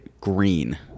green